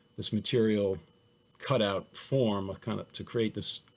this material cutout form kind of to create this